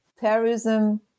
Terrorism